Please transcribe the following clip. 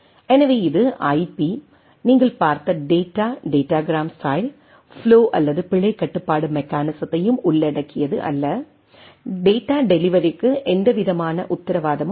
எனவே இது ஐபி நீங்கள் பார்த்த டேட்டா டேட்டாகிராம் ஸ்டைல் ஃப்ளோ அல்லது பிழை கட்டுப்பாட்டு மெக்கானிசத்தையும் உள்ளடக்கியது அல்ல டேட்டா டெலிவெரிக்கு எந்தவிதமான உத்தரவாதம் இல்லை